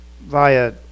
via